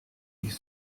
ich